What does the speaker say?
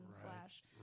slash